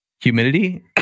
humidity